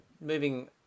moving